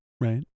Right